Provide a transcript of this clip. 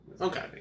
Okay